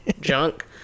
junk